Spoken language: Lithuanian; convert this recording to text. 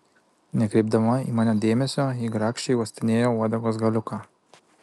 nekreipdama į mane dėmesio ji grakščiai uostinėjo uodegos galiuką